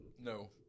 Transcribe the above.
No